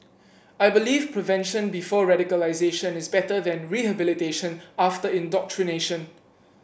I believe prevention before radicalisation is better than rehabilitation after indoctrination